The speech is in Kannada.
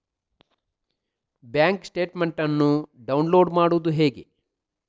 ಬ್ಯಾಂಕ್ ಸ್ಟೇಟ್ಮೆಂಟ್ ಅನ್ನು ಡೌನ್ಲೋಡ್ ಮಾಡುವುದು ಹೇಗೆ?